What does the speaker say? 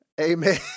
Amen